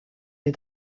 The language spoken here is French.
les